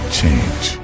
change